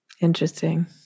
Interesting